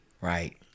right